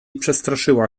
przestraszyła